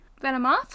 Venomoth